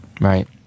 right